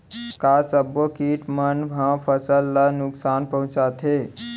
का सब्बो किट मन ह फसल ला नुकसान पहुंचाथे?